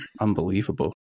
Unbelievable